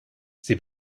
sie